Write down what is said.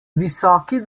visoki